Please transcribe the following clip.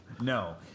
No